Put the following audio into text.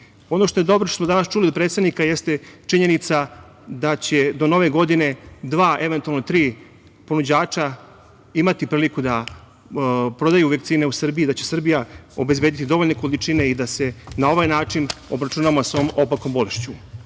što je dobro, a što smo danas čuli od predsednika jeste činjenica da će do Nove godine, dva, eventualno tri, ponuđača imati priliku da prodaju vakcine u Srbiji i da će Srbija obezbediti dovoljne količine i da se na ovaj način obračunamo sa ovom opakom bolešću. Ima